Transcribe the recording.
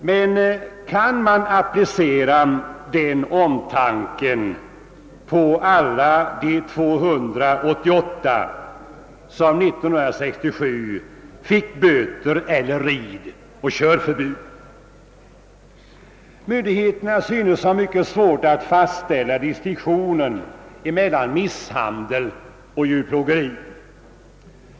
Men kan man applicera den omtanken på alla de 288 kuskar som år 1967 fick böter eller ridoch körförbud? Myndigheterna synes ha mycket svårt att fastställa distinktionen mellan misshandel och djurplågeri.